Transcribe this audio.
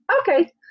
okay